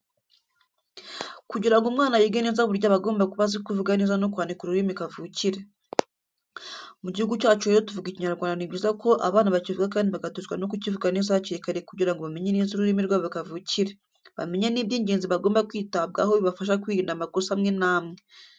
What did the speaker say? Kugira ngo umwana yige neza burya aba agomba kuba azi kuvuga neza no kwandika ururimi kavukire. Mu gihugu cyacu rero tuvuga Ikinyarwanda ni byiza ko abana bakivuga kandi bagatozwa no kukivuga neza hakiri kare kugira ngo bamenye neza ururimi rwabo kavukire, bamenye n'iby'ingenzi bagomba kwitabwaho bibafasha kwirinda amakosa amwe n'amwe.